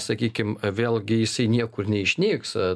sakykim vėlgi jisai niekur neišnyks